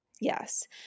Yes